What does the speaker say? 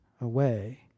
away